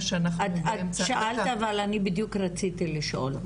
אני בדיוק רציתי לשאול,